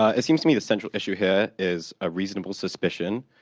it seems to me the central issue here is a reasonable suspicion.